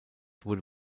wurde